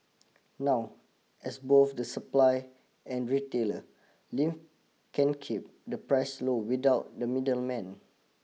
now as both the supply and retailer Lim can keep the price low without the middleman